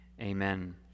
Amen